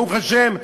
ברוך השם,